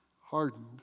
hardened